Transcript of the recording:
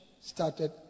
started